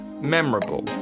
memorable